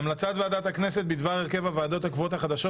המלצת ועדת הכנסת בדבר הרכב הוועדות הקבועות החדשות